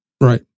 Right